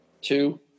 Two